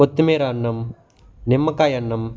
కొత్తిమీర అన్నం నిమ్మకాయ అన్నం